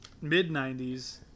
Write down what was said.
mid-90s